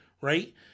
right